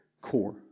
core